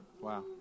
Wow